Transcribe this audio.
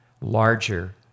larger